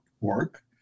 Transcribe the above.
work